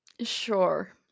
Sure